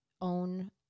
own